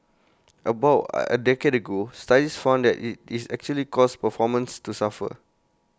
about at A decade ago studies found that IT it actually caused performances to suffer